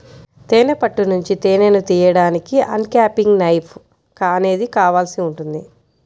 తేనె పట్టు నుంచి తేనెను తీయడానికి అన్క్యాపింగ్ నైఫ్ అనేది కావాల్సి ఉంటుంది